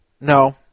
No